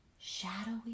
shadowy